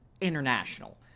international